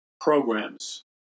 programs